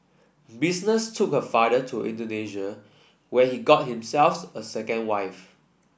business took her father to Indonesia where he got a second wife